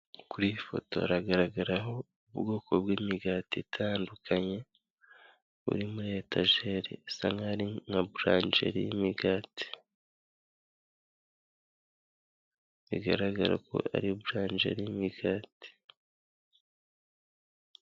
Kuri iyi foto haragaragaraho ubwoko bw'imigati buri muri etajeri, bisa nk'aho ari buranje y'imigati bigaragara ko ari buranjeri y'imigati.